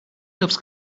loves